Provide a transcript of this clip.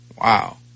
Wow